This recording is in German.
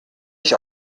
ich